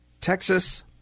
Texas